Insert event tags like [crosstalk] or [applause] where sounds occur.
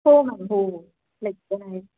हो हो हो [unintelligible]